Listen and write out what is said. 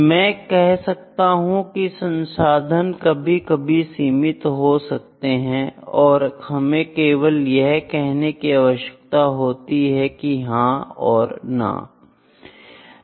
मैं कह सकता हूँ संसाधन कभी कभी सीमित होता है और हमें केवल यह कहने की आवश्यकता होती है कि हां या नहीं